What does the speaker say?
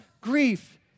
grief